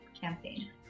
campaign